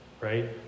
right